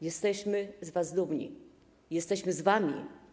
Jesteśmy z was dumni, jesteśmy z wami.